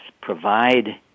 provide